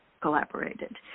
collaborated